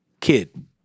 kid